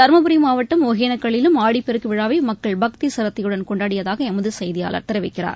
தரும்புரி மாவட்டம் ஒகேனகல்லிலும் ஆடிப்பெருக்கு விழாவை மக்கள் பக்தி சிரத்தையுடன் கொண்டாடியதாக எமது செய்தியாளர் தெரிவிக்கிறார்